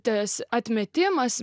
tas atmetimas